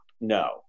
No